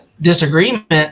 disagreement